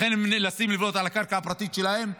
לכן הם נאלצים לבנות על הקרקע הפרטית שלהם,